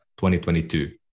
2022